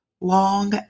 long